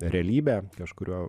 realybę kažkuriuo